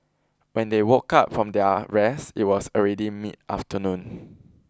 when they woke up from their rest it was already mid afternoon